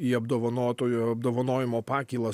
į apdovanotojo apdovanojimo pakylą